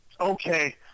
Okay